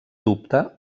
dubte